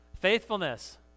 Faithfulness